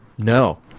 No